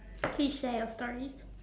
please share your stories